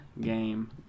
game